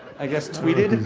i guess tweeted.